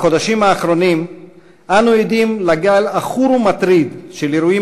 בחודשים האחרונים אנו עדים לגל עכור ומטריד של אירועים